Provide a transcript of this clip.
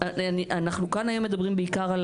אנחנו כאן היום מדברים בעיקר על